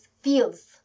feels